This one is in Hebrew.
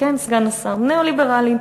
כן, סגן השר, ניאו-ליברלית,